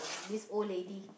this old lady